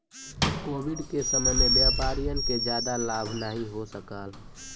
Covid के समय में व्यापारियन के जादा लाभ नाहीं हो सकाल